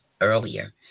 earlier